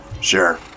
Sure